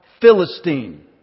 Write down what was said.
Philistine